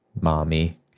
mommy